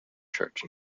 church